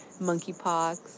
monkeypox